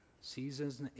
Seasons